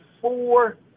four